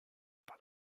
par